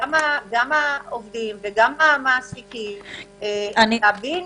גם העובדים וגם המעסיקים, להבין